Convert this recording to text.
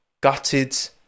gutted